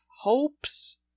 hopes